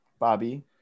Bobby